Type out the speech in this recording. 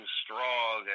strong